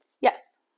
Yes